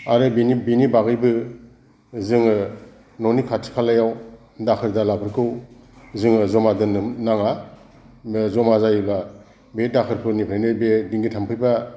आरो बेनि बेनि बागैबो जोङो न'नि खाथि खालायाव दाखोर दालाफोरखौ जोङो जमा दोननो नाङा जमा जायोब्ला बे दाखोरफोरनिफ्रायनो बे देंगु थाम्फै बा